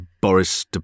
Boris